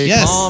Yes